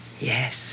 yes